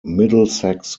middlesex